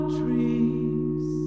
trees